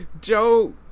Joe